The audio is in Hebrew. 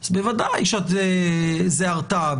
אז בוודא שזו הרתעה,